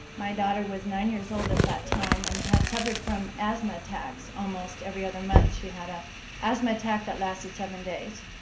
my daughter was nine years old at that time and had suffered from asthma attacks, almost every other month. she had an ah asthma attack that lasted seven days.